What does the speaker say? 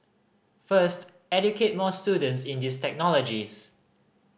first educate more students in these technologies